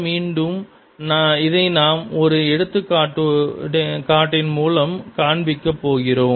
மீண்டும் இதை நாம் ஒரு எடுத்துக்காட்டின் மூலம் காண்பிக்க போகிறோம்